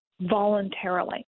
voluntarily